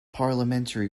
parliamentary